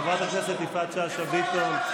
חברת הכנסת יפעת שאשא ביטון.